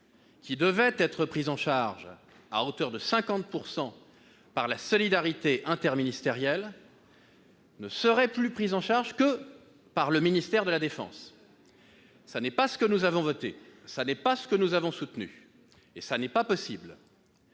qui devaient être prises en charge à hauteur de 50 % par la solidarité interministérielle, n'y seraient plus prises en charge que par le ministère de la défense. Ce n'est pas ce que nous avons voté. Ce n'est pas ce que nous avons soutenu. Et ce n'est pas possible